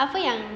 apa yang